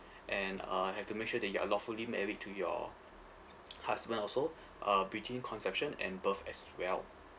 and uh have to make sure that you are lawfully married to your husband also uh between conception and birth as well